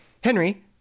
Henry